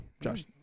Josh